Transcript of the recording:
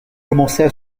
commençait